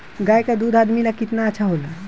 गाय का दूध आदमी ला कितना अच्छा होला?